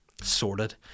sorted